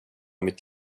mitt